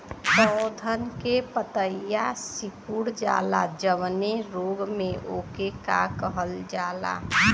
पौधन के पतयी सीकुड़ जाला जवने रोग में वोके का कहल जाला?